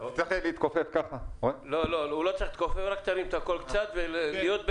תרים את הקול בבקשה וכולם ישמעו.